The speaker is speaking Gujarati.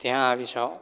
ત્યાં આવી જાવ